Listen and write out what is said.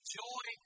joy